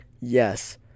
yes